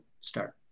start